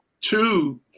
two